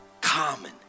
common